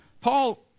Paul